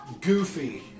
Goofy